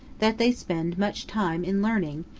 that they spend much time in learning,